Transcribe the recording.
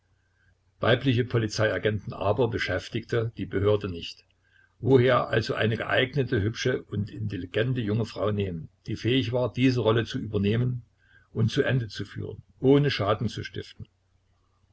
weibliche polizeiagenten aber beschäftigte die behörde nicht woher also eine geeignete hübsche und intelligente junge dame nehmen die fähig war diese rolle zu übernehmen und zu ende zu führen ohne schaden zu stiften